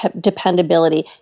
dependability